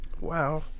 Wow